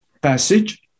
passage